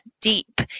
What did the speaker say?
deep